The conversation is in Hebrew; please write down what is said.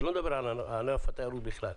שלא לדבר על ענף התיירות בכלל.